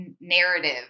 narrative